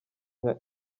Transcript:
nka